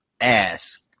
ask